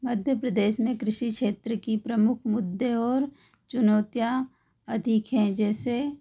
मध्य प्रदेश में कृषि क्षेत्र की प्रमुख मुद्दे और चुनौतियाँ अधिक हैं जैसे